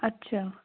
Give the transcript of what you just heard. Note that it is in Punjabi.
ਅੱਛਾ